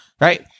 right